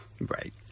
Right